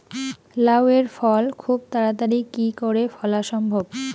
লাউ এর ফল খুব তাড়াতাড়ি কি করে ফলা সম্ভব?